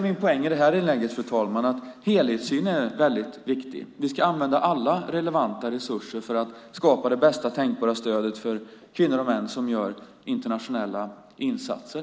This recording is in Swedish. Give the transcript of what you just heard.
Min poäng i detta inlägg, fru talman, är alltså att helhetssynen är väldigt viktig. Vi ska använda alla relevanta resurser för att skapa bästa tänkbara stöd för kvinnor och män som deltar i internationella insatser.